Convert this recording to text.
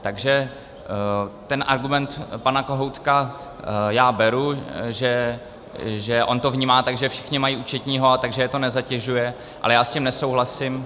Takže ten argument pana Kohoutka já beru, že on to vnímá tak, že všichni mají účetního, takže je to nezatěžuje, ale já s tím nesouhlasím.